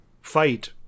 fight